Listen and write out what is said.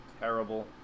terrible